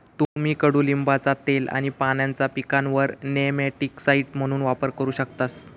तुम्ही कडुलिंबाचा तेल आणि पानांचा पिकांवर नेमॅटिकसाइड म्हणून वापर करू शकतास